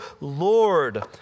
Lord